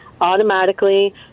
automatically